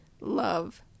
love